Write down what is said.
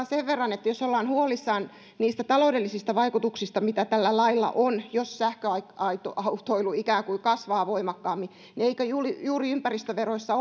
sen verran että jos ollaan huolissaan niistä taloudellisista vaikutuksista mitä tällä lailla on jos sähköautoilu ikään kuin kasvaa voimakkaammin niin eikö juuri juuri ympäristöveroissa